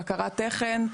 בקרת תכן.